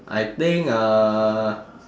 I think uh